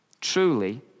truly